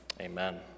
Amen